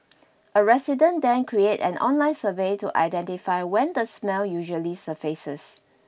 a resident then created an online survey to identify when the smell usually surfaces